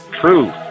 True